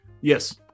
Yes